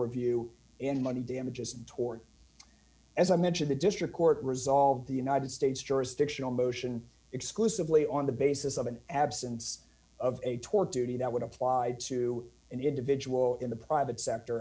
review and money damages and tort as i mentioned the district court resolved the united states jurisdictional motion exclusively on the basis of an absence of a tort duty that would apply to an individual in the private sector